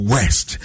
West